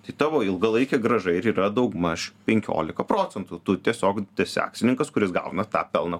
tai tavo ilgalaikė grąža ir yra daugmaž penkiolika procentų tu tiesiog esi akcininkas kuris gauna tą pelną